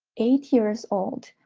eight years old,